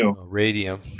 radium